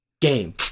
Game